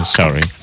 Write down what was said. sorry